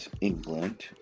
England